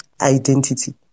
identity